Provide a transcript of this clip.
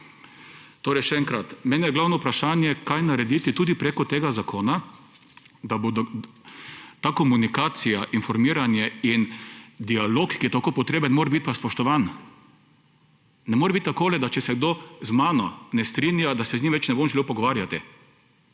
Torej še enkrat; meni je glavno vprašanje, kaj narediti tudi preko tega zakona, da bo ta komunikacija, informiranje in dialog, ki je tako potreben − mora biti pa spoštovan. Ne more biti takole, da če se kdo z mano ne strinja, da se z njim ne bom več želel pogovarjati